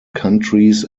countries